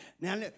Now